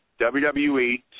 WWE